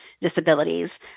disabilities